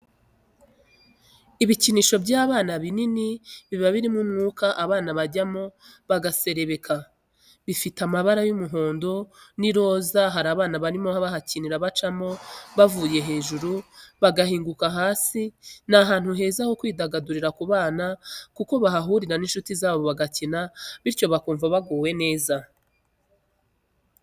Ibikinisho by'abana binini biba birimo umwuka abana bajyamo bagaserebeka, bifite amabara y'umuhondo n'iroza hari abana barimo bahakinira bacamo bavuye hejuru bagahinguka hasi ni ahantu heza ho kwidagadurira ku bana kuko bahahurira n'inshuti zabo bagakina bityo bakumva baguwe neza.